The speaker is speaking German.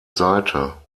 seite